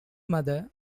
mother